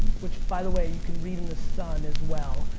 which, by the way, you can read in the sun as well,